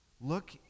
Look